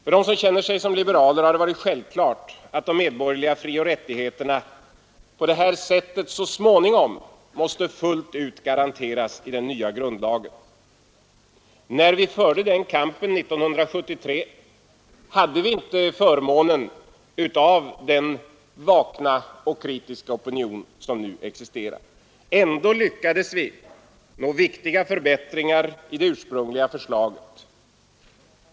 För dem som känner sig som liberaler har det varit självklart att de medborgerliga frioch rättigheterna på detta sätt så småningom måste fullt ut garanteras i den nya grundlagen. När vi förde den kampanjen 1973 hade vi inte förmånen av den vakna och kritiska opinion som nu existerar. Ändå lyckades vi nå viktiga förbättringar i det ursprungliga förslaget.